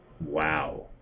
Wow